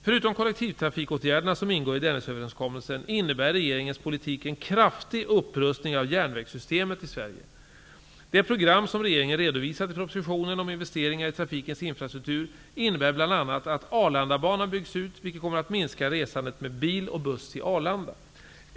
Förutom kollektivtrafikåtgärderna som ingår i Sverige. Det program som regeringen har redovisat i propositionen om investeringar i trafikens infrastruktur innebär bl.a. att Arlandabanan byggs ut, vilket kommer att minska resandet med bil och buss till Arlanda.